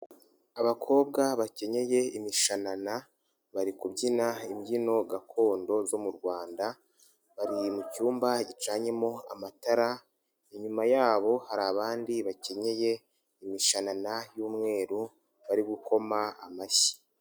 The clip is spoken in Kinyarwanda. Abakobwa bakenyeye imishanana bari kubyina imbyino gakondo zo mu Rwanda, bari mu cyumba gicanyemo amatara, inyuma yabo hari abandi bakenyeye imishanana y'umweru bari gukoma amashyi.